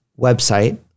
website